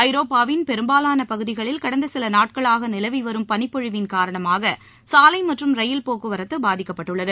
ஐரோப்பாவின் பெரும்பாலான பகுதிகளில் கடந்த சில நாட்களாக நிலவி வரும் பளிப்பொழிவின் காரணமாக சாலை மற்றும் ரயில் போக்குவரத்து பாதிக்கப்பட்டுள்ளது